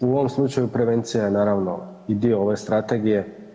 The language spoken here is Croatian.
U ovom slučaju prevencija je naravno i dio ove Strategije.